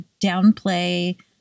downplay